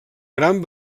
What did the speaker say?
gran